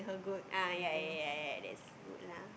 ah ya ya ya ya that's good lah